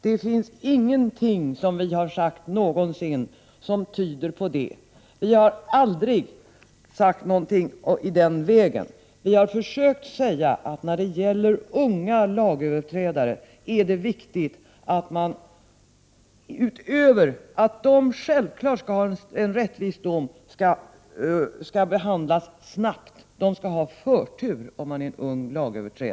Det finns ingenting som vi har sagt någonsin som tyder på detta. Vi har aldrig sagt någonting i den vägen. Vad vi har försökt säga är att när det gäller unga lagöverträdare är det viktigt att de, utöver att de självfallet skall ha en rättvis dom, skall behandlas snabbt — unga lagöverträdare skall ha förtur.